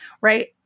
Right